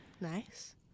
nice